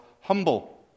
humble